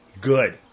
Good